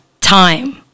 Time